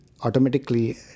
automatically